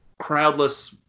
crowdless